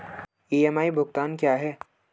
EMI भुगतान क्या है?